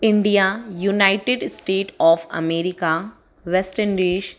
India united state of America West Indies